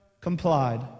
complied